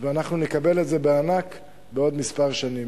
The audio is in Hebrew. אנחנו נקבל את זה בענק בעוד כמה שנים.